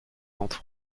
pentes